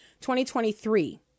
2023